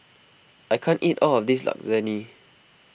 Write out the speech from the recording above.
I can't eat all of this Lasagne